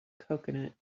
coconut